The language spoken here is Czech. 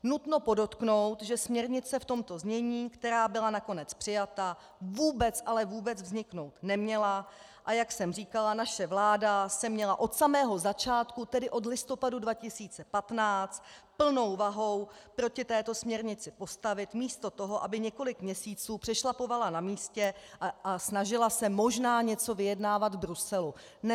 Nutno podotknout, že směrnice v tomto znění, která byla nakonec přijata, vůbec, ale vůbec vzniknout neměla, a jak jsem říkala, naše vláda se měla od samého začátku, tedy od listopadu 2015 plnou vahou proti této směrnici postavit místo toho, aby několik měsíců přešlapovala na místě a snažila se možná něco vyjednávat v Bruselu.